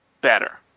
better